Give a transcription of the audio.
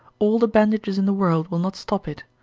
all the bandages in the world will not stop it.